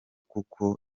kuko